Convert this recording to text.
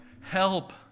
help